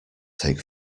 take